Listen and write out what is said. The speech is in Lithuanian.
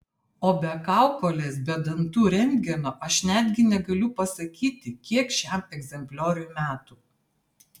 o be kaukolės be dantų rentgeno aš netgi negaliu pasakyti kiek šiam egzemplioriui metų